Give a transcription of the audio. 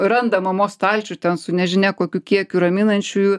randa mamos stalčių ten su nežinia kokiu kiekiu raminančiųjų